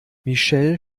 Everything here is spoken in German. michelle